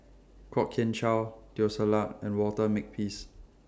Kwok Kian Chow Teo Ser Luck and Walter Makepeace